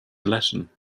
latin